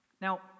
Now